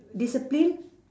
discipline